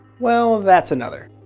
well, that's another.